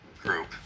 group